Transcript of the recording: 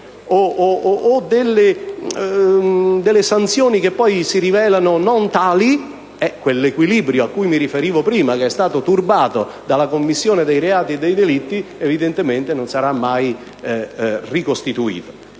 oppure sanzioni che poi non si riveleranno tali, l'equilibrio cui poc'anzi mi riferivo (che è stato turbato dalla commissione dei reati e dei delitti) evidentemente non sarà mai ricostituito.